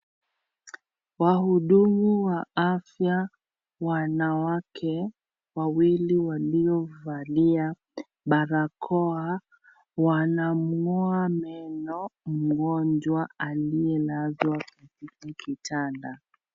Wahudumu wa afya wanawake wawili waliovalia barakoa, wanamg'oa meno mgonjwa aliyelazwa kwenye kitanda.